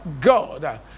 God